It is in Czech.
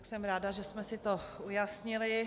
Jsem ráda, že jsme si to ujasnili.